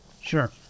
sure